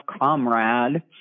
Comrade